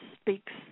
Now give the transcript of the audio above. speaks